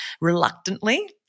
reluctantly